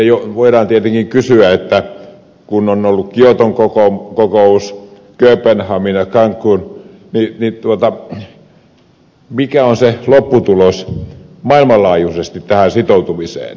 sitten voidaan tietenkin kysyä kun on ollut kioton kokous kööpenhamina cancun mikä on se lopputulos maailmanlaajuisesti tähän sitoutumiseen